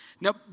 Now